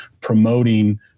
promoting